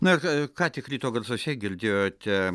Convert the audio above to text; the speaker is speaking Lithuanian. na ka ką tik ryto garsuose girdėjote